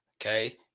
Okay